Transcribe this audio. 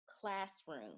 classroom